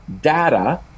data